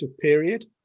period